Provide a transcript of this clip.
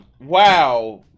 wow